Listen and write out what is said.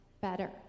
better